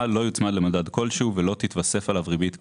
לא יוצמד למדד כלשהו ולא תתווסף עליו ריבית כלשהי,